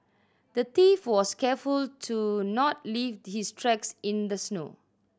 the thief was careful to not leave his tracks in the snow